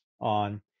on